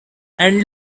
and